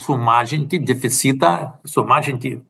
sumažinti deficitą sumažinti